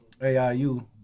AIU